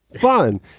Fun